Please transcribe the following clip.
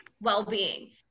well-being